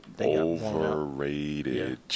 Overrated